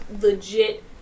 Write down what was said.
legit